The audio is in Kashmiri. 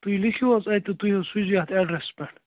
تُہۍ لیٖکھِو حظ اَتہِ تۄہہِ حظ سوٗزِو یَتھ اٮ۪ڈرسس پٮ۪ٹھ